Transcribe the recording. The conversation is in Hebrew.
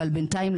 אבל בינתיים,